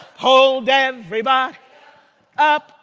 hold everybody up,